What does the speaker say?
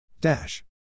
Dash